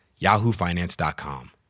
yahoofinance.com